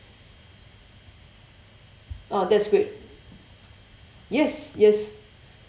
oh that's great yes yes